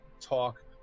talk